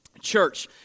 church